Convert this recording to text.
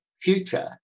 future